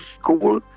school